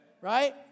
Right